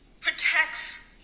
protects